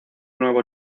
nuevo